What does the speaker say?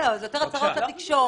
אלה יותר הצהרות לתקשורת.